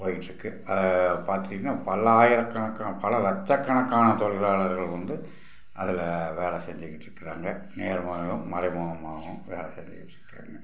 போயிட்டிருக்கு பார்த்தீங்கன்னா பல்லாயிரக்கணக்கான பல லட்சக்கணக்கான தொழிலாளர்கள் வந்து அதில் வேலை செஞ்சிக்கிட்டிருக்கறாங்க நேர்முகமாகவும் மறைமுகமாகவும் வேலை செஞ்சிட்டிருக்கறாங்க